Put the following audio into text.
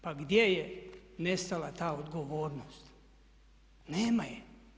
Pa gdje je nestala ta odgovornost, nema je.